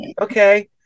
okay